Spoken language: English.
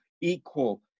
equal